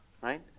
right